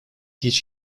hiç